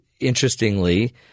interestingly